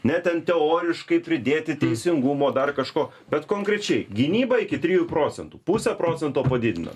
ne ten teoriškai pridėti teisingumo dar kažko bet konkrečiai gynyba iki trijų procentų pusę procento padidino